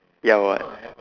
ya what